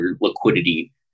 liquidity